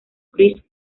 chris